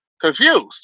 confused